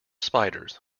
spiders